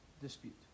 dispute